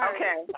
Okay